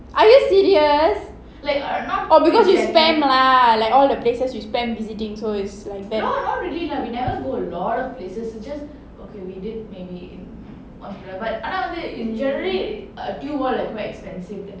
are you serious orh because you spam lah all the places you spam visiting so it's like that